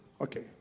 Okay